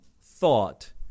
thought